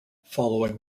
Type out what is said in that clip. following